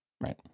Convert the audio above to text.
Right